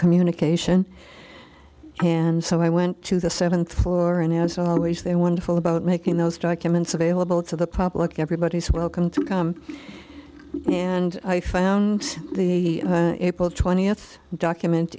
communication and so i went to the seventh floor and as always they wonderful about making those documents available to the public everybody is welcome to come and i found the april twentieth document